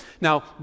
Now